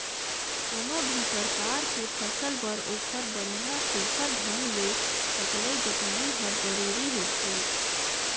कोनो भी परकार के फसल बर ओखर बड़िया सुग्घर ढंग ले सकलई जतनई हर जरूरी होथे